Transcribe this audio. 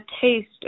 taste